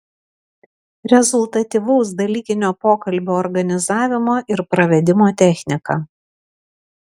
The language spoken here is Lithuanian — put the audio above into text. rezultatyvaus dalykinio pokalbio organizavimo ir pravedimo technika